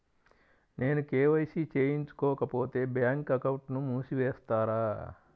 నేను కే.వై.సి చేయించుకోకపోతే బ్యాంక్ అకౌంట్ను మూసివేస్తారా?